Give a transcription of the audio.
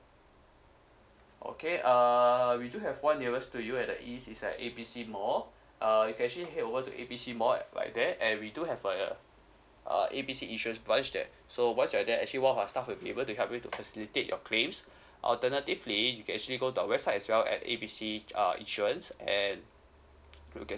okay err we do have one nearest to you at the east is like A B C mall uh you can actually head over to A B C mall right there and we do have err uh A B C insurance branch there so once you're there actually one of our staff will be able to help you to personally take your claims alternatively you can actually go to our website as well at A B C uh insurance and you can